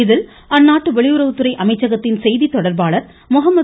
இதில் அந்நாட்டு வெளியுறவுத்துறை அமைச்சகத்தின் செய்தி தொடர்பாளர் முகமது